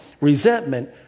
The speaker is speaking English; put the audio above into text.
resentment